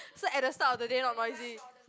so at the start of the day not noisy